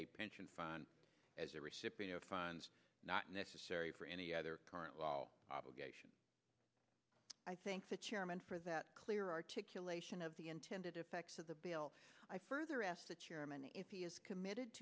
pension fund as a recipient of funds not necessary for any other current obligations i think the chairman for that clear articulation of the intended effects of the bill i further asked the chairman if he is committed